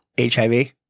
HIV